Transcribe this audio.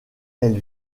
elle